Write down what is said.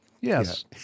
yes